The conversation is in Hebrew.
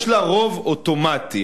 יש לה רוב אוטומטי.